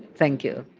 thank you.